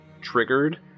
triggered